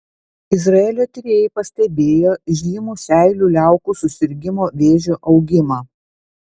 izraelio tyrėjai pastebėjo žymų seilių liaukų susirgimo vėžiu augimą